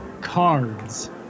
Cards